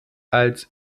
als